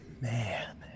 man